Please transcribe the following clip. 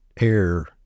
air